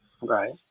Right